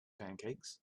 pancakes